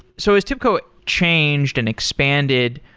so as tibco changed and expanded,